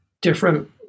different